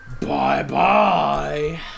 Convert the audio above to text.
Bye-bye